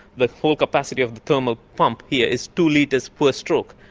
the full capacity of the thermal pump here is two litres per stroke,